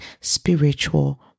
spiritual